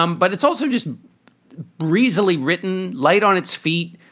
um but it's also just breezily written light on its feet.